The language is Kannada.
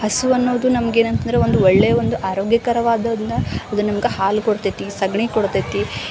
ಹಸು ಅನ್ನುವುದು ನಮ್ಗೇನಂತಂದ್ರೆ ಒಂದು ಒಳ್ಳೆಯ ಒಂದು ಆರೋಗ್ಯಕರವಾದದ್ದರಿಂದ ಅದು ನಮ್ಗೆ ಹಾಲು ಕೊಡ್ತೈತಿ ಸಗಣಿ ಕೊಡ್ತೈತಿ